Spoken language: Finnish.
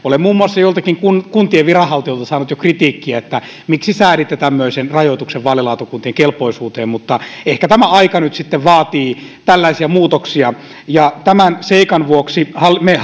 olen muun muassa joiltakin kuntien viranhaltijoilta saanut jo kritiikkiä että miksi sääditte tämmöisen rajoituksen vaalilautakuntien kelpoisuuteen mutta ehkä tämä aika nyt sitten vaatii tällaisia muutoksia tämän seikan vuoksi me